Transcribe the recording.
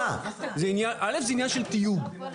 לא הגישו שום הצעת חוק.